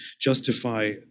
justify